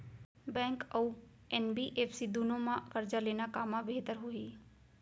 Bank अऊ NBFC दूनो मा करजा लेना कामा बेहतर होही?